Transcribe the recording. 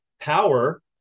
power